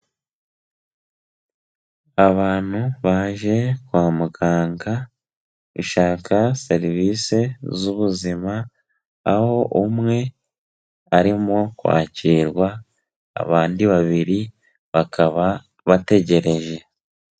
Abantu baje kwa muganga, bashaka serivisi z'ubuzima, aho umwe arimo kwakirwa, abandi babiri bakaba bategereje.